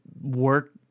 work